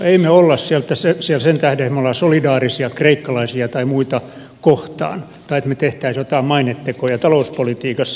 emme me ole siellä sen tähden että me olemme solidaarisia kreikkalaisia tai muita kohtaan tai että me tekisimme joitain mainetekoja talouspolitiikassa